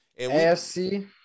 AFC